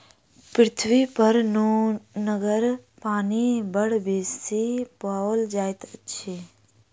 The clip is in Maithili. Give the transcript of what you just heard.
पृथ्वीपर नुनगर पानि बड़ बेसी पाओल जाइत अछि